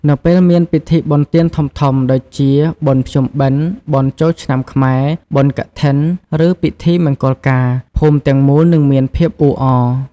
នៅពេលមានពិធីបុណ្យទានធំៗដូចជា បុណ្យភ្ជុំបិណ្ឌ បុណ្យចូលឆ្នាំខ្មែរ បុណ្យកឋិន ឬពិធីមង្គលការ ភូមិទាំងមូលនឹងមានភាពអ៊ូអរ ។